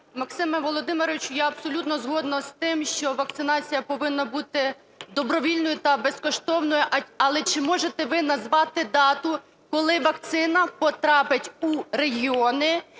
Максиме Володимировичу, я абсолютно згодна з тим, що вакцинація повинна бути добровільною та безкоштовною. Але чи можете ви назвати дату, коли вакцина потрапить у регіони